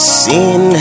sin